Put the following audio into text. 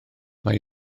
mae